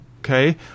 okay